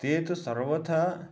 ते तु सर्वथा